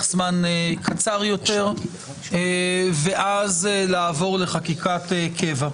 זמן קצר יותר ואז לעבור לחקיקת קבע.